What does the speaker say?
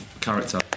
character